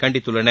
கண்டித்துள்ளன